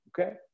okay